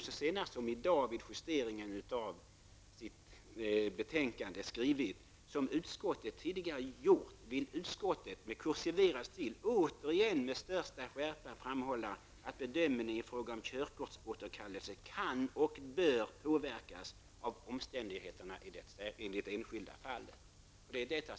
I sitt i dag justerade betänkande skriver utskottet: ''Som utskottet tidigare gjort vill utskottet återigen med största skärpa framhålla att bedömningen i fråga om körkortsåterkallelse kan -- och bör -- påverkas av omständigheterna i det enskilda fallet.'' -- Kursiveringen är utskottets.